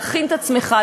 להכין את עצמך,